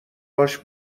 هاش